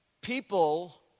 People